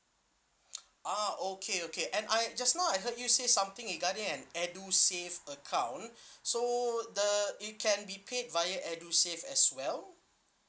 ah okay okay and I just now I heard you say something regarding an edusave account so the it can be paid via edusave as well